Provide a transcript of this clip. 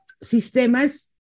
sistemas